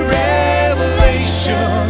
revelation